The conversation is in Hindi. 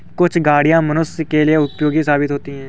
कुछ गाड़ियां मनुष्यों के लिए उपयोगी साबित होती हैं